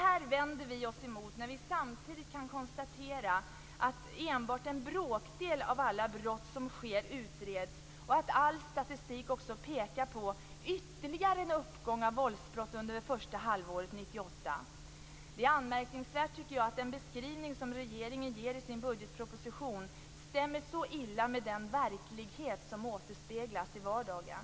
Vi vänder oss emot detta, eftersom vi samtidigt kan konstatera att enbart en bråkdel av alla brott som utförs utreds och att all statistik pekar på ytterligare en uppgång av antalet våldsbrott under det första halvåret 1998. Jag tycker att det är anmärkningsvärt att den beskrivning som regeringen ger i budgetpropositionen stämmer så illa med den verklighet som återspeglas i vardagen.